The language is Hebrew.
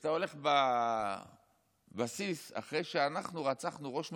וכשאתה הולך בבסיס אחרי שאנחנו רצחנו ראש ממשלה,